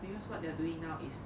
because what they are doing now is